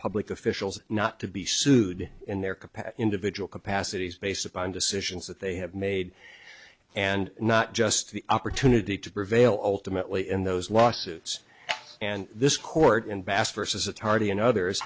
public officials not to be sued in their capacity individual capacities based upon decisions that they have made and not just the opportunity to prevail ultimately in those lawsuits and this court in bass versus the tardy and others